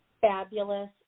fabulous